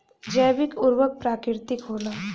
जैविक उर्वरक प्राकृतिक होला